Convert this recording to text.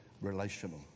relational